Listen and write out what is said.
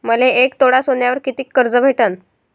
मले एक तोळा सोन्यावर कितीक कर्ज भेटन?